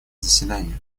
заседания